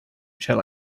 shall